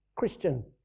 christian